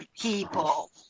people